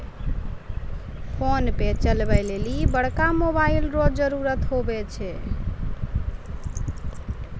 PhonePe चलबै लेली बड़का मोबाइल रो जरुरत हुवै छै